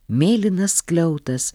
mėlynas skliautas